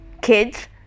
Kids